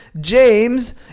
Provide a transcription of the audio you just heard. James